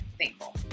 thankful